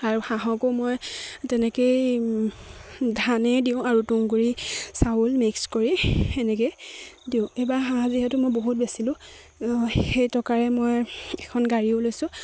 আৰু হাঁহকো মই তেনেকেই ধানেই দিওঁ আৰু তুঁহগুড়ি চাউল মিক্স কৰি এনেকে দিওঁ এইবাৰ হাঁহ যিহেতু মই বহুত বেচিলোঁ সেই টকাৰে মই এখন গাড়ীও লৈছোঁ